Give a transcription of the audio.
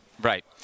Right